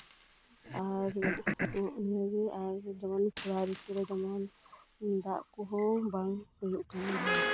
ᱟᱨ ᱱᱚᱜᱼᱚᱭ ᱠᱷᱚᱨᱟ ᱨᱤᱛᱩ ᱨᱮ ᱡᱮᱢᱚᱱ ᱫᱟᱜ ᱠᱚᱦᱚᱸ ᱵᱟᱝ ᱦᱩᱭᱩᱜ ᱠᱟᱱᱟ ᱰᱷᱮᱨ